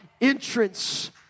entrance